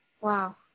Wow